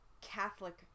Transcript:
Catholic